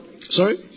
Sorry